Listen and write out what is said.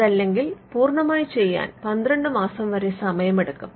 അതല്ലെങ്കിൽ പൂർണ്ണമായി ചെയ്യാൻ 12 മാസം വരെ സമയം എടുക്കും